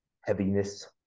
heaviness